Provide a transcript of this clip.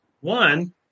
One